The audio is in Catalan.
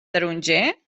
taronger